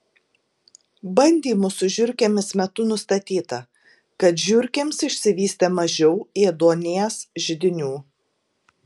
bandymų su žiurkėmis metu nustatyta kad žiurkėms išsivystė mažiau ėduonies židinių